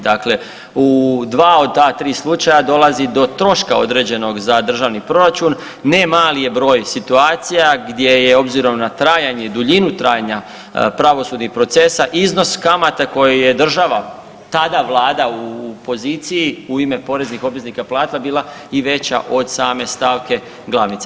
Dakle, u dva od ta tri slučaja dolazi do troška određenog za državni proračun, nemali je broj situacija gdje je obzirom na trajanje, duljinu trajanja pravosudnih procesa iznos kamata koje je država tada Vlada u poziciji u ime poreznih obveznika platila bila i veća od same stavke glavnice.